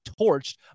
torched